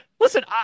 Listen